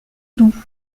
doux